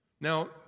Now